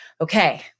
okay